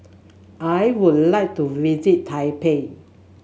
I would like to visit Taipei